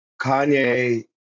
Kanye